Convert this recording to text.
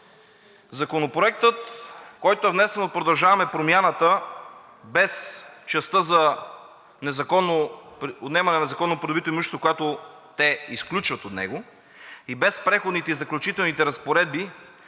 Законопроектът, който е внесен от „Продължаваме Промяната“ – без частта за отнемане на незаконно придобитото имущество, което те изключват от него, и без Преходните и заключителните разпоредби,